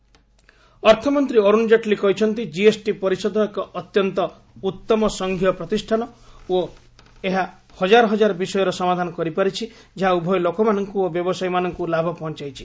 ଜେଟଲୀ କିଏସ୍ଟି ଅର୍ଥମନ୍ତ୍ରୀ ଅର୍ଥଣ ଜେଟ୍ଲୀ କହିଛନ୍ତି ଜିଏସଟି ପରିଷଦ ଏକ ଅତ୍ୟନ୍ତ ଉତ୍ତମ ସଙ୍ଘୀୟ ପ୍ରତିଷ୍ଠାନ ଓ ଏହା ହଜାର ହଜାର ବିଷୟର ସମାଧାନ କରିପାରିଛି ଯାହା ଉଭୟ ଲୋକମାନଙ୍କୁ ଓ ବ୍ୟବସାୟୀମାନଙ୍କୁ ଲାଭ ପହଞ୍ଚାଇଛି